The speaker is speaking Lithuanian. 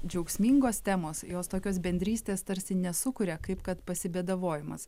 džiaugsmingos temos jos tokios bendrystės tarsi nesukuria kaip kad pasibėdavojimas